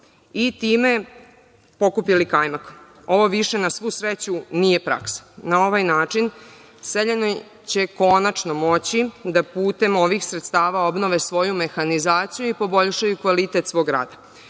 i time pokupili kajmak. Ovo više, na svu sreću, nije praksa. Na ovaj način seljani će konačno moći da putem ovih sredstava obnove svoju mehanizaciju i poboljšaju kvalitet svog rada. Hvala